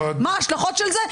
מה ההשלכות של זה?